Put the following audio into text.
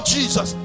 Jesus